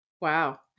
Wow